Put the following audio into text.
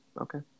Okay